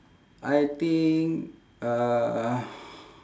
I think uh